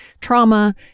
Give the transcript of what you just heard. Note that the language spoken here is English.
trauma